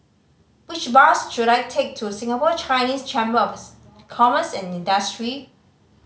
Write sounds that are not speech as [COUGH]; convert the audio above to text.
which bus should I take to Singapore Chinese Chamber of [UNINTELLIGIBLE] Commerce and Industry